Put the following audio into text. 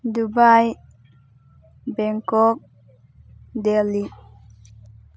Dubai Bangkok Delhi